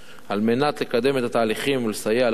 על מנת לקדם את התהליכים ולסייע לרשות.